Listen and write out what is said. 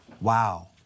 Wow